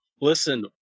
Listen